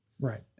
Right